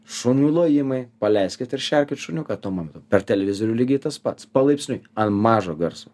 šunų lojimai paleiskit ir šerkit šuniuką tuo momentu per televizorių lygiai tas pats palaipsniui an mažo garso